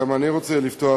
גם אני רוצה לפתוח,